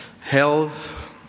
health